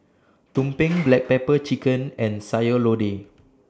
Tumpeng Black Pepper Chicken and Sayur Lodeh